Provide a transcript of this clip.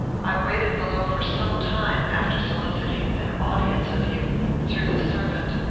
i waited below for some time after soliciting an audience of you through the servant.